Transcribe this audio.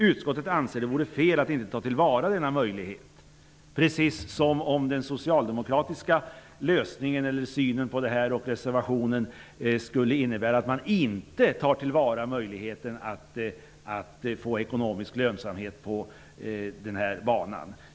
Utskottet anser det vore fel att inte ta tillvara denna möjlighet.'' Precis som om den socialdemokratiska synen på det här och den socialdemokratiska reservationen skulle innebära att man inte tar till vara möjligheten att få ekonomisk lönsamhet på banan!